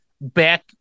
Back